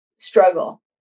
struggle